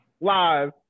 live